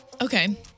Okay